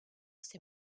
ses